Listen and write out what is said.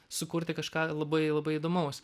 sukurti kažką labai labai įdomaus